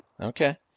Okay